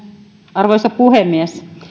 arvoisa puhemies